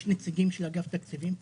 יש נציגים של אגף תקציבים פה?